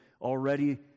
already